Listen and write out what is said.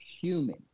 human